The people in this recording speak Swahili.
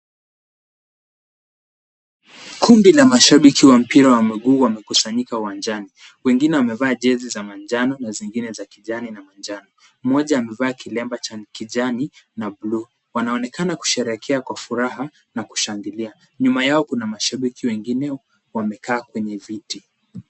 Kundi la mashabiki wa mpira wa mguu wamekusanyika uwanjani ,wengine wamevaa jezi za manjano na zingine za kijani na manjano mmoja amevaa kilemba cha kijani na bluu, wanaonekana kusherehekea kwa furaha na kushangilia ,nyuma yao kuna mashabiki wengine wamekaa kwenye viti.